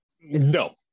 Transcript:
no